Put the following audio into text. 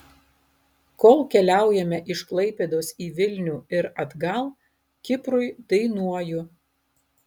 kol keliaujame iš klaipėdos į vilnių ir atgal kiprui dainuoju